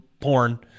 porn